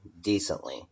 decently